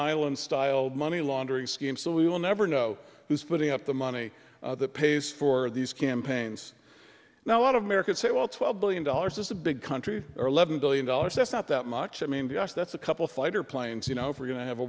islands style money laundering scheme so we will never know who's putting up the money that pays for these campaigns now a lot of americans say well twelve billion dollars is a big country eleven billion dollars that's not that much i mean the us that's a couple fighter planes you know if we're going to have a